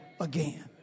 again